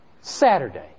Saturday